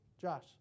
Josh